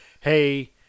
hey